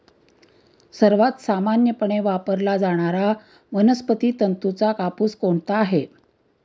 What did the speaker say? सर्वात सामान्यपणे वापरला जाणारा वनस्पती तंतूचा कापूस कोणता आहे?